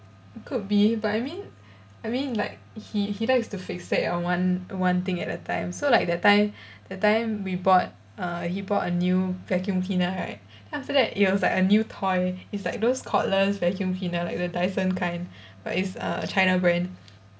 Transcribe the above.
could be but I mean I mean like he he likes to fixate at one one thing at a time so like that time that time we bought err he bought a new vacuum cleaner right then after that it was like a new toy it's like those cordless vacuum cleaner like the dyson kind but it's err china brand